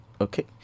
okay